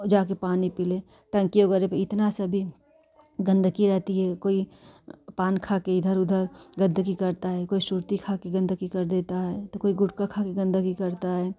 जाकर पानी पी ले टंकी वगैरह में इतना सा भी गंदगी रहती है कोई पान खाकर इधर उधर गंदगी करता है कोई सुरती खाकर गंदगी कर देता है तो कोई गुटखा खाकर गंदगी करता है